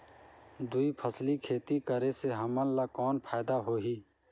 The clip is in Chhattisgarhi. दुई फसली खेती करे से हमन ला कौन फायदा होही?